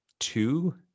two